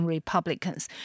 Republicans